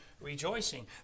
rejoicing